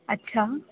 अच्छा